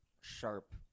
sharp